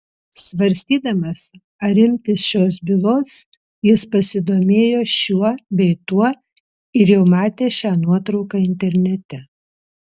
svarstydamas ar imtis šios bylos jis pasidomėjo šiuo bei tuo ir jau matė šią nuotrauką internete